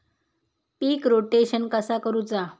पीक rotation कसा करूचा?